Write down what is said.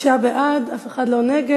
שישה בעד, אף אחד לא נגד.